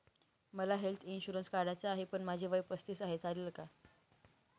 मला health insurance काढायचा आहे पण माझे वय पस्तीस आहे, चालेल का?